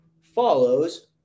follows